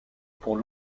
pour